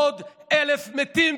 עוד 1,000 מתים,